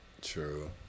True